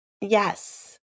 Yes